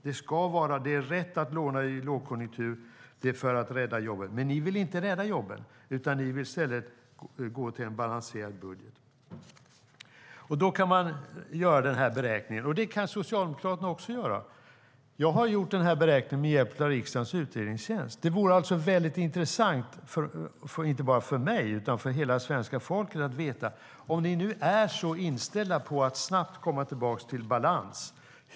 Det är rätt att låna i lågkonjunktur för att rädda jobben, men ni vill inte rädda jobben. Ni vill i stället gå till en balanserad budget. Då kan man göra den här beräkningen, och det kan Socialdemokraterna också göra. Jag har gjort beräkningen med hjälp av riksdagens utredningstjänst. Det vore intressant inte bara för mig utan för hela svenska folket att få veta hur återgången ska se ut om ni nu är så inställda på att snabbt komma tillbaka till balans.